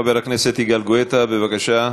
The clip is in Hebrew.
חבר הכנסת יגאל גואטה, בבקשה,